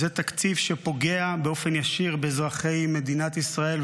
זה תקציב שפוגע באופן ישיר באזרחי מדינת ישראל,